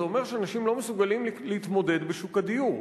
זה אומר שאנשים לא מסוגלים להתמודד בשוק הדיור.